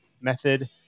method